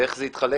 איך זה יתחלק?